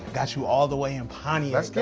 gotchu all the way in pontiac. let's get